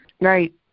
Right